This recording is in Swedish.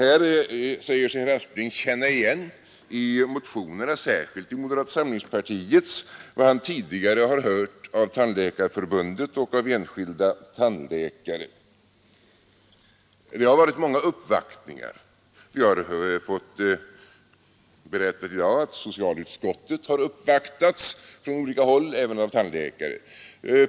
Herr Aspling säger sig känna igen i motionerna, särskilt i moderata samlingspartiets motion, vad han tidigare har hört från Tandläkarförbundet och från enskilda tandläkare. Det har varit många uppvaktningar. Vi har hört berättas i dag att socialutskottet har uppvaktats från olika håll, även av tandläkare.